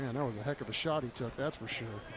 and that was a heck of a shot he took, that's for sure.